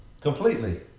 completely